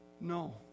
No